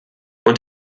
und